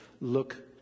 look